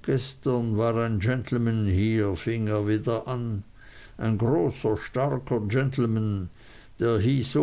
gestern war ein gentleman hier fing er wieder an ein großer starker gentleman der hieß